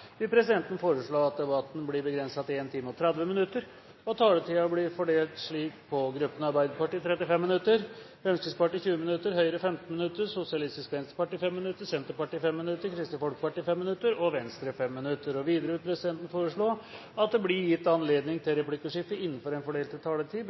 vil ta sete. Etter ønske fra utenriks- og forsvarskomiteen vil presidenten foreslå at taletiden begrenses til 1 time og 30 minutter og fordeles slik på gruppene: Arbeiderpartiet 35 minutter, Fremskrittspartiet 20 minutter, Høyre 15 minutter, Sosialistisk Venstreparti 5 minutter, Senterpartiet 5 minutter, Kristelig Folkeparti 5 minutter og Venstre 5 minutter. Videre vil presidenten foreslå at det gis anledning til replikkordskifte på inntil